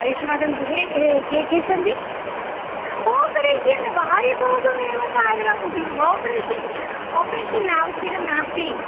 युष्माकं गृहे के के सन्ति आपरेशन् वायुकोपमेव कारणं आपरेशन् आपरेषन् आवश्यकं नास्ति